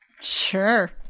Sure